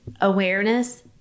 awareness